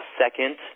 Second